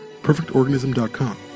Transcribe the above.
perfectorganism.com